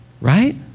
Right